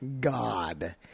God